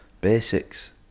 Basics